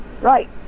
right